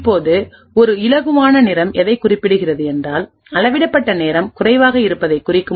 இப்போது ஒரு இலகுவான நிறம் எதை குறிப்பிடுகிறது என்றால்அளவிடப்பட்ட நேரம் குறைவாக இருப்பதைக் குறிக்கும்